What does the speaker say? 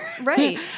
right